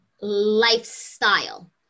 lifestyle